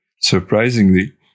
Surprisingly